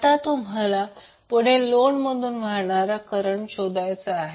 आता तुम्हाला पुढे लोड मधून वाहणारे करंट शोधायचे आहे